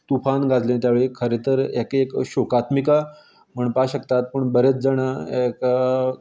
तुफान गाजलें त्या वेळी खरें तर येका एक शोकात्मिका म्हणपा शकतात पूण बरेंच जाणां येका